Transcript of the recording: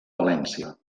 valència